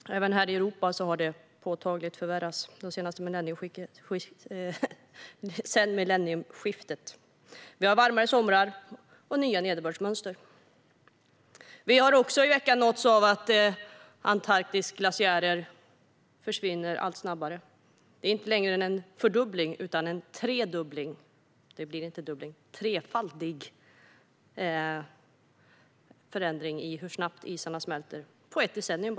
Även här i Europa har den förvärrats påtagligt sedan millennieskiftet. Vi har fått varmare somrar och nya nederbördsmönster. I veckan har vi också nåtts av nyheten att Antarktis glaciärer försvinner allt snabbare. Vi ser inte längre en fördubbling utan en tredubbling av hur snabbt isarna smälter på bara ett decennium.